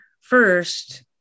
First